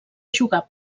jugar